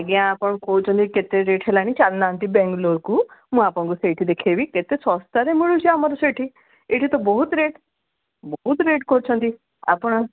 ଆଜ୍ଞା ଆପଣ କହୁଛନ୍ତି କେତେ ରେଟ୍ ହେଲାଣି ଚାଁଲୁନାହାନ୍ତି ବେଙ୍ଗଲୋରକୁ ମୁଁ ଆପଣଙ୍କୁ ସେଇଠି ଦେଖେଇବି କେତେ ଶସ୍ତାରେ ମିଳୁଚି ଆମର ସେଇଠି ଏଇଠି ତ ବହୁତ ରେଟ୍ ବହୁତ ରେଟ୍ କରୁଛନ୍ତି ଆପଣ